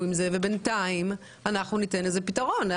עם זה ובינתיים אנחנו ניתן לזה פתרון.